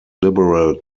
liberal